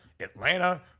Atlanta